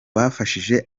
bafashije